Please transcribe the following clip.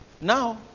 Now